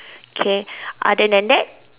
K other than that